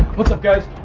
what's up guys?